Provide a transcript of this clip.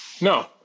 No